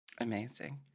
Amazing